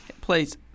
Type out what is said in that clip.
Please